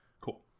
Cool